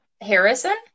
Harrison